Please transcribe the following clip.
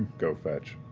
go fetch.